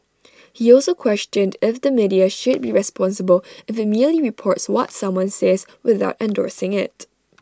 he also questioned if the media should be responsible if IT merely reports what someone says without endorsing IT